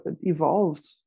evolved